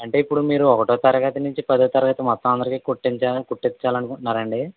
అంటే ఇప్పుడు మీరు ఒకటవ తరగతి నుంచి పదవ తరగతి మొత్తం అందరికి కుట్టించాలి అనుకుంటున్నారండి